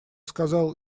сказал